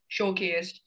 showcased